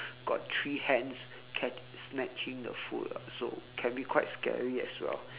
got three hands catch snatching the food ah so can be quite scary as well